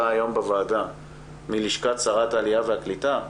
היום בוועדה מלשכת שרת העלייה והקליטה,